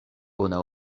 bona